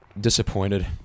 Disappointed